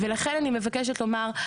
ולכן אני מבקשת לומר,